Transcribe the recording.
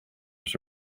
was